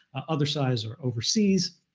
other side's are overseas.